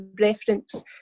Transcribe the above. reference